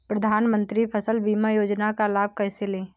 प्रधानमंत्री फसल बीमा योजना का लाभ कैसे लें?